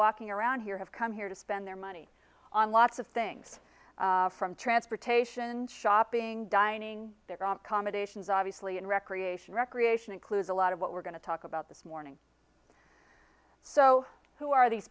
walking around here have come here to spend their money on lots of things from transportation shopping dining combinations obviously and recreation recreation includes a lot of what we're going to talk about this morning so who are these